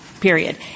period